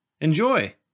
Enjoy